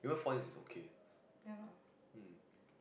ya